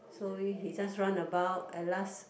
so he just run about at last